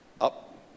Up